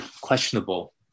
questionable